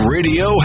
Radio